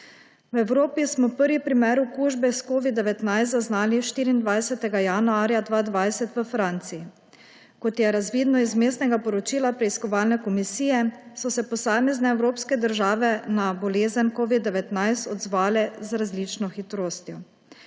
V Evropi smo prvi primer okužbe s covidom-19 zaznali 24. januarja 2020 v Franciji. Kot je razvidno iz vmesnega poročila preiskovalne komisije, so se posamezne evropske države na bolezen covida-19 odzvale z različno hitrostjo.